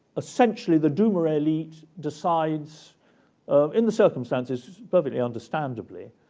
essentially, the duma elite decides in the circumstances, perfectly understandably,